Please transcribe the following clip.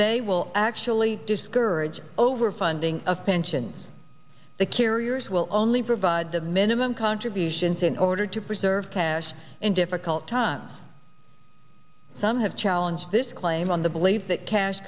they will actually discourage over funding of pensions the carriers will only provide the minimum contributions in order to preserve cash in difficult times some have challenge this claim on the belief that cash